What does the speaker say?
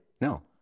No